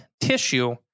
tissue